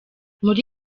muri